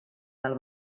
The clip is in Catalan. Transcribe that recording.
del